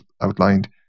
outlined